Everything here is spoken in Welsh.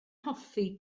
hoffi